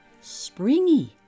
springy